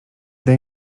daj